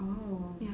oh